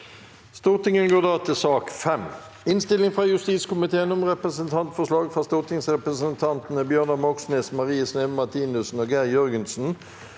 Sak nr. 5 Innstilling fra justiskomiteen om Representantfor- slag fra stortingsrepresentantene Bjørnar Moxnes, Marie Sneve Martinussen og Geir Jørgensen